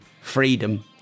freedom